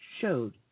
showed